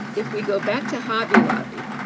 if we go back to hobby lobby,